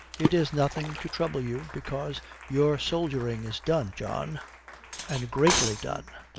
it is nothing to trouble you, because your soldiering is done, john and greatly done.